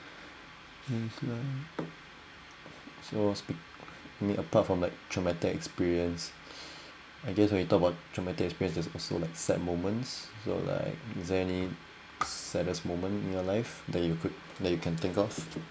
is like so speak me apart from like traumatic experience I guess when you talk about traumatic experiences also like sad moments so like is there any saddest moment in your life that you could like you can think of